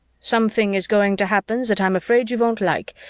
something is going to happen that i'm afraid you won't like,